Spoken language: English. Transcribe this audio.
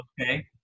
Okay